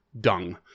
dung